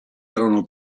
erano